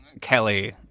Kelly